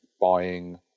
buying